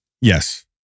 Yes